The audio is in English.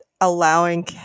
allowing